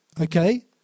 Okay